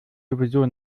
sowieso